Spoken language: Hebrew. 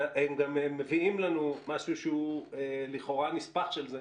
והם גם מביאים לנו משהו שהוא לכאורה נספח של זה,